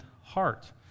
heart